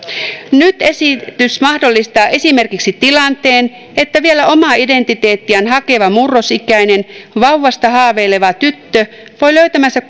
nyt esitys mahdollistaa esimerkiksi tilanteen että vielä omaa identiteettiään hakeva murrosikäinen vauvasta haaveileva tyttö voi löytämänsä